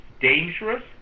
dangerous